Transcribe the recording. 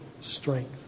strength